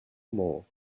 more